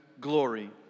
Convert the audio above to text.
glory